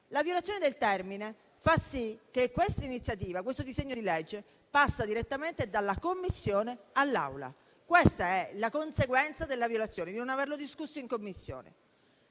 La violazione del termine fa sì che questo disegno di legge passi direttamente dalla Commissione all'Aula. Questa è la conseguenza della violazione di non averlo discusso in Commissione.